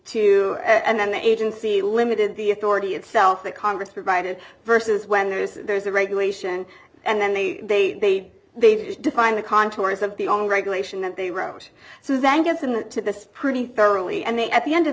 to and then the agency limited the authority itself that congress provided versus when there's there's a regulation and then they they've defined the contours of the only regulation that they wrote so that gets in to this pretty thoroughly and then at the end of